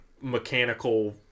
mechanical